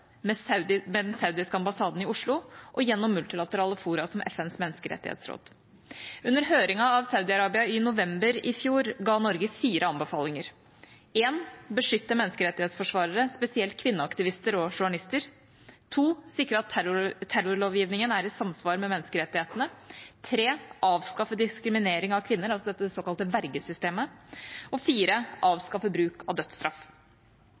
med myndighetene i Riyadh, med den saudiske ambassaden i Oslo og gjennom multilaterale fora som FNs menneskerettighetsråd. Under høringen av Saudi-Arabia i november i fjor ga Norge fire anbefalinger: beskytte menneskerettighetsforsvarere, spesielt kvinneaktivister og journalister sikre at terrorlovgivningen er i samsvar med menneskerettighetene avskaffe diskriminering av kvinner, altså det såkalte vergesystemet avskaffe bruk av dødsstraff